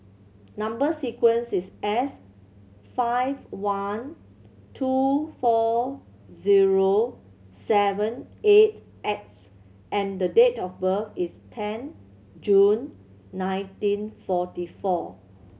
number sequence is S five one two four zero seven eight X and the date of birth is ten June nineteen forty four